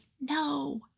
No